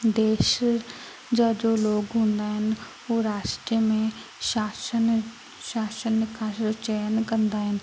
देश जा जो लोग हूंदा आहिनि उहे राष्ट्र में शासन शासन खां चयन कंदा आहिनि